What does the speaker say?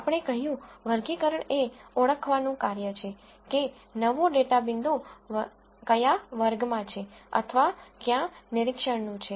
આપણે કહ્યું વર્ગીકરણ એ ઓળખવાનું કાર્ય છે કે નવો ડેટા પોઇન્ટ કયા વર્ગમાં છે અથવા ક્યાં નિરીક્ષણનું છે